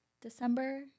December